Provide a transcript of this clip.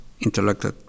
intellectual